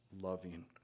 loving